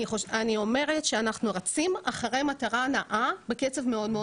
אני אומרת שאנחנו רצים אחרי מטרה נעה בקצב מאוד מאוד